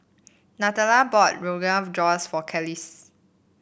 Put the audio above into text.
Natalya bought Rogan of Josh for Kelis